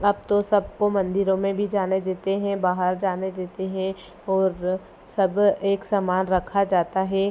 अब तो सबको मंदिरों में भी जाने देते हैं बाहर जाने देते हैं और सब एक समान रखा जाता है